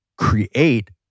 create